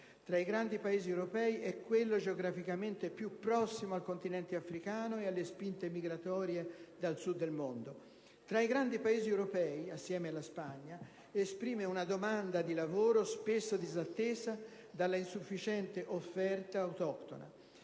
Tra i grandi Paesi europei è quello geograficamente più prossimo al continente africano ed alle spinte migratorie provenienti dal Sud del mondo. Tra i grandi Paesi europei - assieme alla Spagna - esprime una domanda di lavoro spesso disattesa dalla insufficiente offerta autoctona: